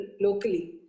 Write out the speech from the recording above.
locally